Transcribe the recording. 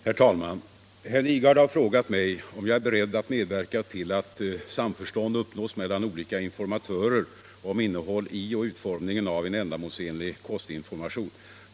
Herr talman! Herr Lidgard har frågat mig om jag är beredd att medverka till att samförstånd uppnås mellan olika informatörer om innehåll i och utformning av en ändamålsenlig kostinformation.